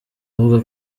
avuga